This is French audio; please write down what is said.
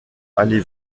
aller